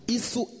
Isso